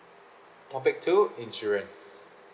topic two insurance